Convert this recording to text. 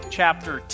chapter